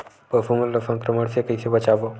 पशु मन ला संक्रमण से कइसे बचाबो?